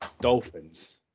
Dolphins